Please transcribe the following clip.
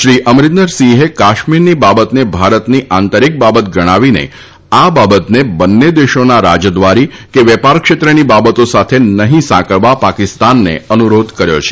શ્રી અમરીન્દરસિંહે કાશ્મીરની બાબતને ભારતની આંતરિક બાબત ગણાવીને આ બાબતને બંને દેશોના રાજદ્વારી કે વેપાર ક્ષેત્રની બાબતો સાથે નહીં સાંકળવા પાકિસ્તાનને અનુરોધ કર્યો છે